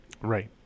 Right